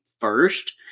first